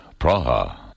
Praha